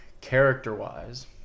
character-wise